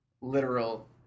literal